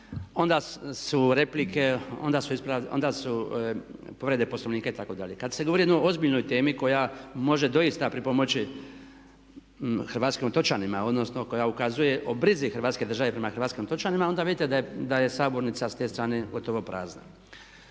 onda su replike, onda su povrede poslovnika itd. Kad se govori o jednoj ozbiljnoj temi koja može doista pripomoći hrvatskim otočanima odnosno koja ukazuje o brizi Hrvatske države prema hrvatskim otočanima onda vidite da je sabornica s te strane gotovo prazna.